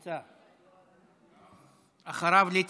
אחריו, ליצמן.